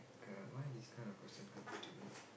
god why this kind of question coming to me